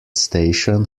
station